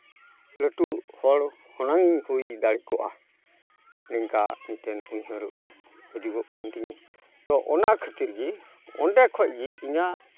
ᱞᱟᱹᱴᱩ ᱦᱚᱲ ᱦᱩᱱᱟᱹᱝᱤᱧ ᱦᱩᱭ ᱫᱟᱲᱮ ᱠᱚᱜᱼᱟ ᱱᱤᱝᱠᱟ ᱢᱤᱫᱴᱮᱱ ᱩᱭᱦᱟᱹᱨᱚᱜ ᱦᱟᱡᱩᱜᱚᱜ ᱠᱟᱱ ᱛᱤᱧᱟᱹ ᱛᱚ ᱚᱱᱟ ᱠᱷᱟᱹᱛᱤᱨ ᱜᱮ ᱚᱸᱰᱮ ᱠᱷᱚᱡ ᱜᱤ ᱤᱧᱟᱹᱜ